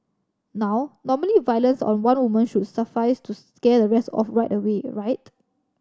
now normally violence on one woman should suffice to scare the rest off right away right